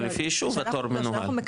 זה לפי יישוב התור מנוהל.